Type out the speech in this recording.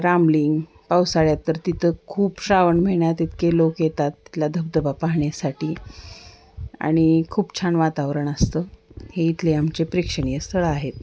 रामलिंग पावसाळ्यात तर तिथं खूप श्रावण महिन्यात इतके लोक येतात तिथला धबधबा पाहण्यासाठी आणि खूप छान वातावरण असतं हे इथले आमचे प्रेक्षणीय स्थळं आहेत